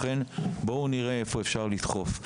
לכן אני מבקש שנראה איפה אפשר לדחוף.